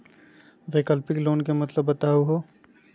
वैकल्पिक लोन के मतलब बताहु हो?